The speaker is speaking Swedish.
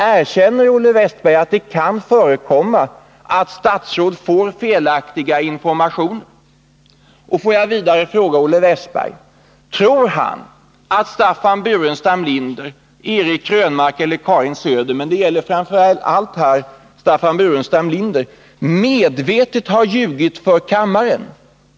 Erkänner Olle Wästberg att det kan förekomma att statsråd får felaktiga informationer? Tror Olle Wästberg att Staffan Burenstam Linder, Eric Krönmark eller Karin Söder — framför allt gäller det Staffan Burenstam Linder — medvetet har ljugit för kammaren?